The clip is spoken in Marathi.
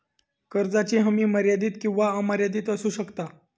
कर्जाची हमी मर्यादित किंवा अमर्यादित असू शकता